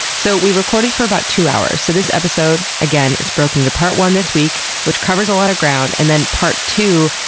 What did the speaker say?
so we recorded for about two hours. so this episode again is broken into part one this week, which covers a lot of ground, and then part two,